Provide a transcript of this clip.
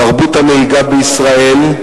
תרבות הנהיגה בישראל,